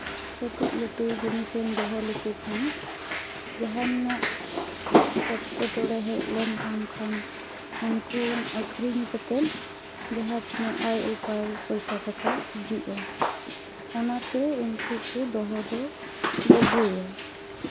ᱠᱟᱹᱴᱤᱡ ᱞᱟᱹᱴᱩ ᱡᱤᱱᱤᱥ ᱮᱢ ᱫᱚᱦᱚ ᱞᱮᱠᱚ ᱠᱷᱟᱱ ᱡᱟᱦᱟᱱᱟᱜ ᱮᱴᱠᱮᱴᱚᱬᱮ ᱦᱮᱡ ᱞᱮᱱ ᱛᱟᱢ ᱠᱷᱟᱱ ᱩᱱᱠᱩ ᱟᱹᱠᱷᱨᱤᱧ ᱠᱟᱛᱮᱫ ᱡᱟᱦᱟᱸ ᱛᱤᱱᱟᱹᱜ ᱟᱭ ᱩᱯᱟᱭ ᱯᱚᱭᱥᱟ ᱴᱟᱠᱟ ᱦᱤᱡᱩᱜᱼᱟ ᱚᱱᱟᱛᱮ ᱩᱱᱠᱩ ᱠᱚ ᱫᱚᱦᱚ ᱫᱚ ᱵᱩᱜᱤᱭᱟ